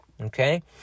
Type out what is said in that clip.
Okay